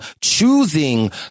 choosing